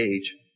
age